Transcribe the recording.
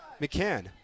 McCann